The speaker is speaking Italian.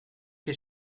che